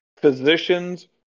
physicians